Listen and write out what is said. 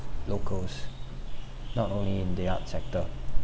locals not only in the arts sector